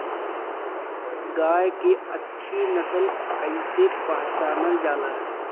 गाय के अच्छी नस्ल कइसे पहचानल जाला?